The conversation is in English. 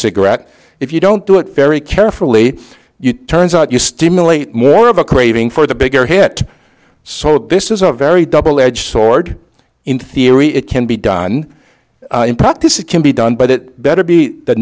cigarette if you don't do it very carefully you turns out you stimulate more of a craving for the bigger hit so this is a very double edged sword in theory it can be done in practice it can be done but it better be the